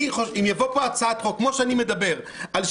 אם תבוא לפה הצעת חוק כמו שאני מדבר עליה,